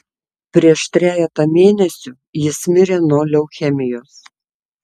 prieš trejetą mėnesių jis mirė nuo leukemijos